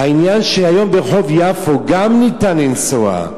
העניין שהיום ברחוב יפו גם ניתן לנסוע.